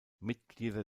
mitglieder